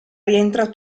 rientra